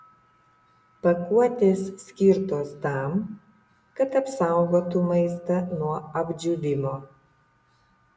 pakuotės skirtos tam kad apsaugotų maistą nuo apdžiūvimo